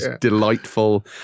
delightful